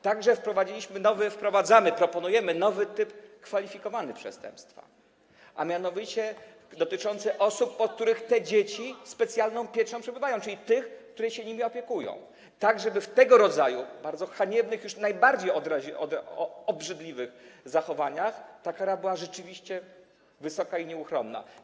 Także wprowadziliśmy, wprowadzamy, proponujemy nowy typ kwalifikowany przestępstwa, a mianowicie dotyczący osób, pod których specjalną pieczą te dzieci przebywają, czyli tych, którzy się nimi opiekują, tak żeby w tego rodzaju bardzo haniebnych, już najbardziej obrzydliwych zachowaniach ta kara była rzeczywiście wysoka i nieuchronna.